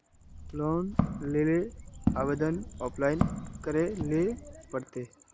Loan लेले आवेदन online करे ले पड़ते?